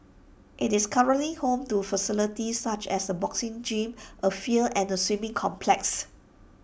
IT is currently home to facilities such as A boxing gym A field and A swimming complex